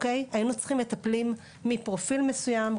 היינו צריכים מטפלים מפרופיל מסוים,